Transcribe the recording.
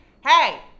hey